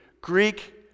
Greek